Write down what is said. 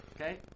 Okay